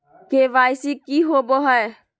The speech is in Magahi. के.वाई.सी की हॉबे हय?